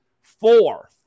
four